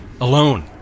Alone